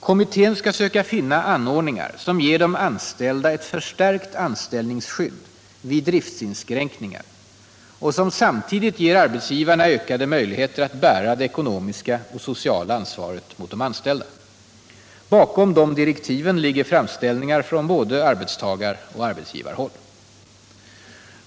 Kommittén skall söka finna anordningar som ger de anställda ett förstärkt anställningsskydd vid driftsinskränkningar och som samtidigt ger arbetsgivarna ökade möjligheter att bära det ekonomiska och sociala ansvaret mot de anställda. Bakom de direktiven ligger framställningar från både arbetstagaroch arbetsgivarhåll.